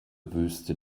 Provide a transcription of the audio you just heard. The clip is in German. wüste